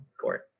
court